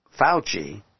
Fauci